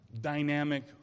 dynamic